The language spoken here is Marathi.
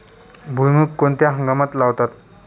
भुईमूग कोणत्या हंगामात लावतात?